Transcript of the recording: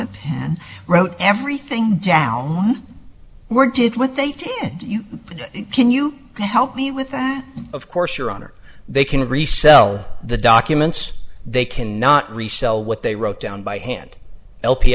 and wrote everything down where did what they did you can you help me with that of course your honor they can resell the documents they can not resell what they wrote down by hand l p